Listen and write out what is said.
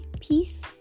peace